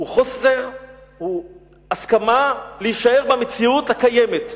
הוא חוסר ההסכמה להישאר במציאות הקיימת,